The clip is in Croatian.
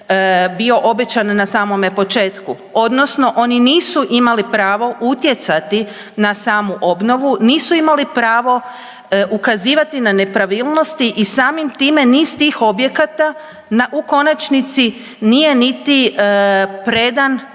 bio obećan na samome početku odnosno oni nisu imali pravo utjecati na samu obnovu, nisu imali pravo ukazivati na nepravilnosti i samim time niz tih objekata u konačnici nije niti predan u